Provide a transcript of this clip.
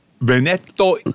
Veneto